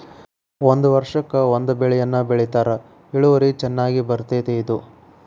ಒಂದ ವರ್ಷಕ್ಕ ಒಂದ ಬೆಳೆಯನ್ನಾ ಬೆಳಿತಾರ ಇಳುವರಿ ಚನ್ನಾಗಿ ಬರ್ತೈತಿ ಇದು